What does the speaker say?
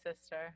sister